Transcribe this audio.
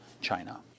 China